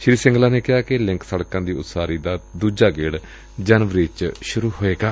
ਸ੍ਰੀ ਸਿੰਗਲਾ ਨੇ ਕਿਹਾ ਕਿ ਲਿੰਕ ਸੜਕਾਂ ਦੀ ਉਸਾਰੀ ਦਾ ਦੁਜਾ ਗੇੜ ਜਨਵਰੀ ਚ ਸੁਰੁ ਹੋਵੇਗਾ